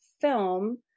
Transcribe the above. film